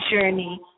journey